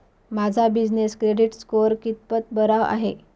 माझा business credit score कितपत बरा आहे?